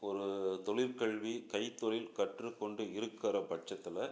ஒரு தொழிற்கல்வி கைத்தொழில் கற்றுக்கொண்டு இருக்கிற பட்சத்தில்